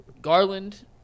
Garland